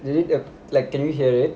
you need a like can you hear it